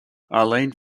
arlene